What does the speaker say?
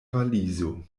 valizo